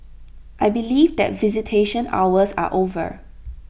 I believe that visitation hours are over